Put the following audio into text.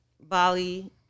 Bali